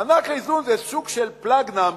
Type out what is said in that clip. מענק האיזון הוא סוג של Plug Number,